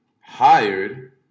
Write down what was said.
hired